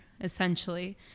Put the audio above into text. essentially